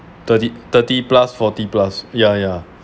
thirty thirty plus forty plus ya ya